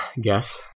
guess